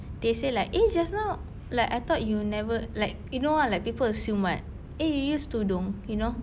they say like eh just now like I thought you never like you know like people assume [what] eh you use tudung you know